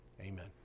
Amen